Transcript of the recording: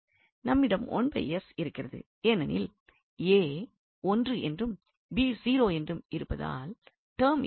நம்மிடம் இருக்கிறது ஏனெனில் 1 என்றும் 0 என்றும் இருப்பதால் s டேர்ம் இருக்காது